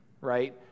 right